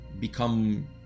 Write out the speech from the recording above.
become